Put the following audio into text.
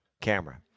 camera